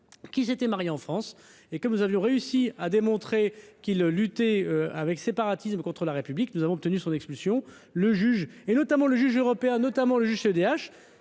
qu’il s’était marié en France. Comme nous avons réussi à démontrer qu’il était un séparatiste luttant contre la République, nous avons obtenu son expulsion. Le juge, notamment le juge européen, notamment la CEDH,